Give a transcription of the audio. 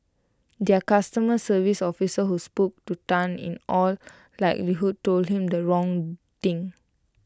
their customer service officer who spoke to Tan in all likelihood told him the wrong thing